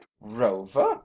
Rover